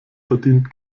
verdient